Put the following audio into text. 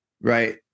right